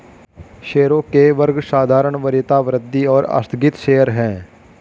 शेयरों के वर्ग साधारण, वरीयता, वृद्धि और आस्थगित शेयर हैं